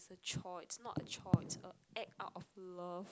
the chore it's not a chore it's a act out of love